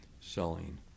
selling